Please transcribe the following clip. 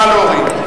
נא להוריד.